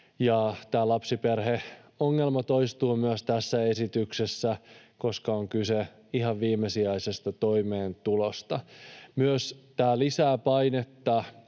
Tämä lapsiperheongelma toistuu myös tässä esityksessä, koska on kyse ihan viimesijaisesta toimeentulosta. Tämä myös lisää painetta